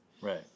Right